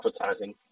advertising